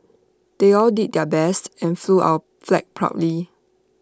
they all did their best and flew our flag proudly